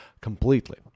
completely